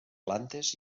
plantes